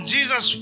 Jesus